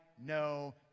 no